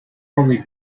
probably